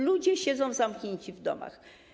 Ludzie siedzą zamknięci w domach.